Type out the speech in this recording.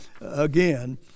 again